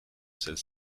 celle